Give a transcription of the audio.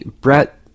Brett